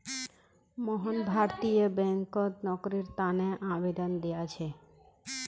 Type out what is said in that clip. मोहन भारतीय बैंकत नौकरीर तने आवेदन दिया छे